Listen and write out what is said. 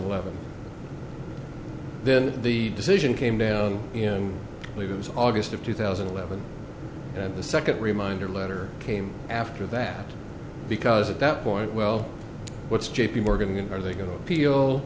eleven then the decision came down in leave it was august of two thousand and eleven and the second reminder letter came after that because at that point well what's j p morgan are they going to appeal